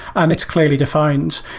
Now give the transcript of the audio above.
and it's clearly defined.